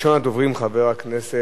מס' 6883,